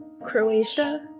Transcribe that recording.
Croatia